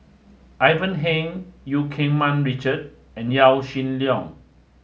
Ivan Heng Eu Keng Mun Richard and Yaw Shin Leong